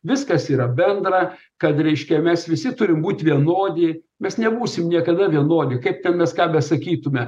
viskas yra bendra kad reiškia mes visi turim būt vienodi mes nebūsim niekada vienodi kaip ten mes ką besakytume